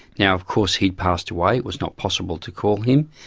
now, of course, he'd passed away. it was not possible to call him.